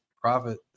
profit